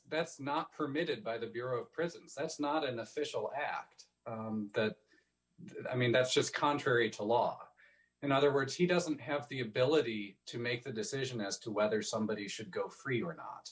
best not permitted by the bureau of prisons that's not an official act that i mean that's just contrary to law in other words he doesn't have the ability to make a decision as to whether somebody should go free or not